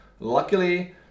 Luckily